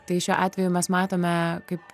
tai šiuo atveju mes matome kaip